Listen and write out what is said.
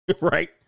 right